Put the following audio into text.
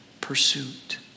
pursuit